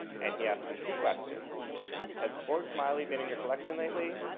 and he asked and two questions has forbes smiley been in your collection lately?